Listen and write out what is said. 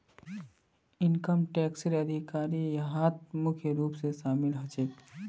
income टैक्सेर अधिकारी यहात मुख्य रूप स शामिल ह छेक